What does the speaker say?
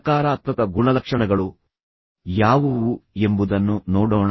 ಸಕಾರಾತ್ಮಕ ಗುಣಲಕ್ಷಣಗಳು ಯಾವುವು ಎಂಬುದನ್ನು ನೋಡೋಣ